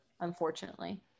unfortunately